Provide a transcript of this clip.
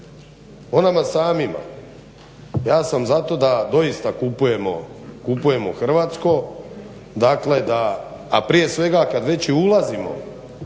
nama samima. Ja sam za to da doista kupujemo hrvatsko. Dakle da a prije svega kad već i ulazimo